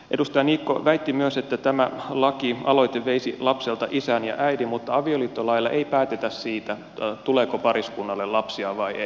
edustaja niikko väitti myös että tämä lakialoite veisi lapselta isän ja äidin mutta avioliittolailla ei päätetä siitä tuleeko pariskunnalle lapsia vai ei